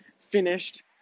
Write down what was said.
finished